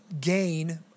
gain